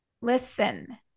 listen